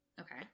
okay